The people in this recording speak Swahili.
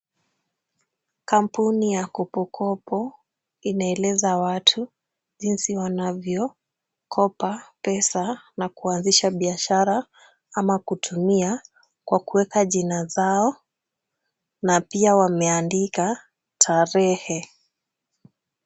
Kampuni ya kupokopo, inaeleza watu jinsi wanavyokopa pesa na kuanzisha biashara ama kutumia kwa kuweka jina zao na pia wameandika tarehe.